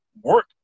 work